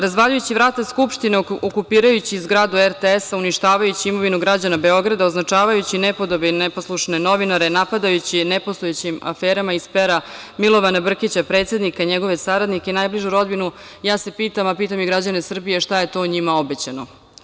Razvaljujući vrata Skupštine, okupirajući zgradu RTS-a, uništavajući imovinu građana Beograda, označavajući nepodobne i neposlušne novinare, napadajući nepostojećim aferama iz pera Milovana Brkića, predsednika i njegove saradnike, najbližu rodbinu, pitam se, a pitam i građane Srbije - šta je to njima obećano?